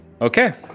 Okay